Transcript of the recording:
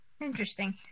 interesting